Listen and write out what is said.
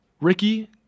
Ricky